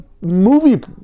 movie